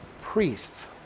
priests